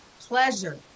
pleasure